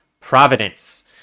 providence